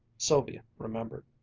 sylvia remembered.